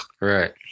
Right